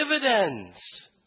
dividends